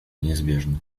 неизбежно